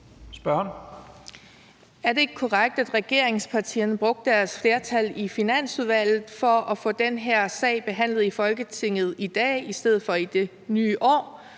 Er det ikke korrekt, at regeringspartierne brugte deres flertal i Finansudvalget for at få den her sag behandlet i Folketinget i dag i stedet for i det nye år,